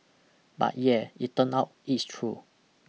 but yeah it turn out it's true